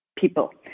People